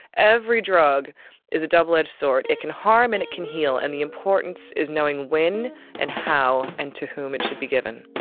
every drug is a double-edged sword. it can harm and it can heal, and the importance is knowing when and how and to whom it should be given.